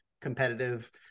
competitive